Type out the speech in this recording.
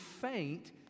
faint